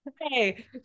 hey